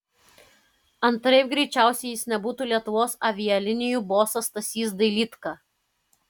antraip greičiausiai jis nebūtų lietuvos avialinijų bosas stasys dailydka